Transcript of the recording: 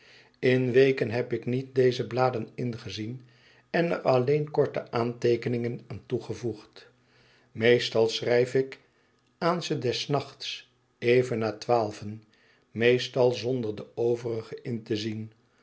in weken heb ik niet deze bladen ingezien en er alleen korte aanteekeningen aan toegevoegd meestal schrijf ik aan ze des nachts even na twaalven meestal zonder de vorige in te zien